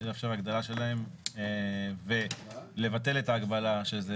לאפשר הגדלה שלהם ולבטל את ההגבלה שזה